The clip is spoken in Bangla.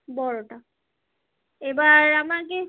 বড়টা এবার আমাকে